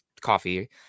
coffee